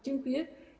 Dziękuję.